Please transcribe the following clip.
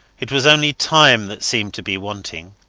it was only time that seemed to be wanting.